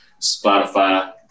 Spotify